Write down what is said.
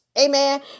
amen